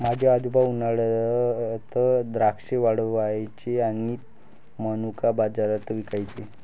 माझे आजोबा उन्हात द्राक्षे वाळवायचे आणि मनुका बाजारात विकायचे